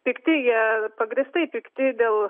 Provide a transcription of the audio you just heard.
pikti jie pagrįstai pikti dėl